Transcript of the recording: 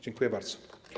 Dziękuję bardzo.